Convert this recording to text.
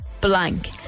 blank